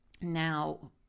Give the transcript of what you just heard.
now